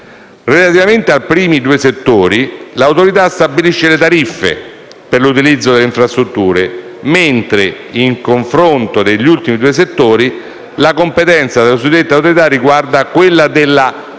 Relativamente ai primi due settori, l'Autorità stabilisce le tariffe per l'utilizzo delle infrastrutture, mentre per gli ultimi due settori la competenza della suddetta Autorità riguarda la determinazione